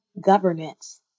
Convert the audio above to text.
governance